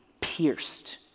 pierced